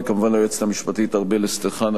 וכמובן ליועצת המשפטית ארבל אסטרחן,